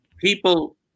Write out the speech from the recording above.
People